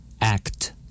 Act